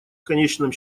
конечном